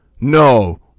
no